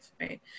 right